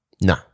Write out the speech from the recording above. No